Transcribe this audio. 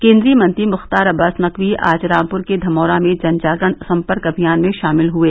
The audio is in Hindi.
केंद्रीय मंत्री मुख्तार अब्बास नकवी आज रामप्र के धमौरा में जनजागरण सम्पर्क अभियान में शामिल हये